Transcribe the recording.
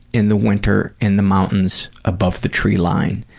in the winter, in the mountains, above the tree line,